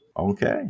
Okay